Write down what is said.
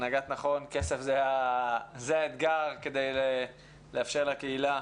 נגעת נכון כסף זה האתגר כדי לאפשר לקהילה